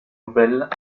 nouvelles